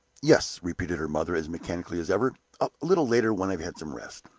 yes, repeated her mother, as mechanically as ever a little later when i have had some rest.